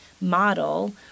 model